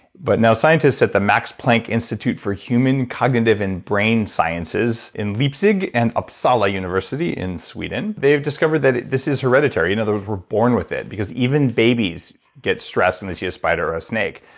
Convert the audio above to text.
but now scientists at the max planck institute for human cognitive and brain sciences in leipzig and uppsala university in sweden, they've discovered that this is hereditary you know those were born with it, because even babies get stressed when they see a spider or a snake.